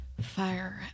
fire